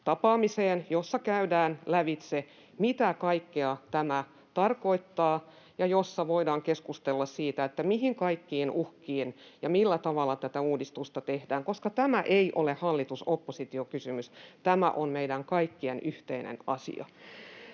tapaamiseen, jossa käydään lävitse, mitä kaikkea tämä tarkoittaa, ja jossa voidaan keskustella siitä, mihin kaikkiin uhkiin ja millä tavalla tätä uudistusta tehdään, koska tämä ei ole hallitus—oppositio-kysymys. Tämä on meidän kaikkien yhteinen asia.